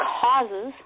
causes